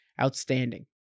outstanding